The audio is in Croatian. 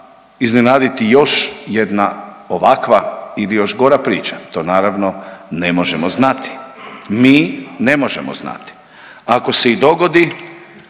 iznenaditi još jedna ovakva ili još gora priča. To naravno ne možemo znati. Mi ne možemo znati. Ako se i dogodi